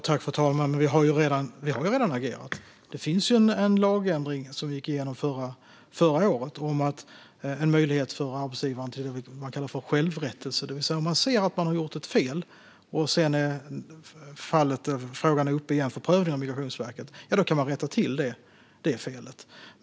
Fru talman! Vi har redan agerat. Det genomfördes en lagändring förra året om en möjlighet för arbetsgivaren till det som kallas självrättelse, det vill säga att om man ser att man har gjort ett fel och frågan är uppe igen för prövning av Migrationsverket kan man rätta till detta fel.